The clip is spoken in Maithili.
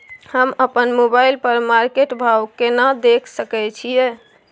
हम अपन मोबाइल पर मार्केट भाव केना देख सकै छिये?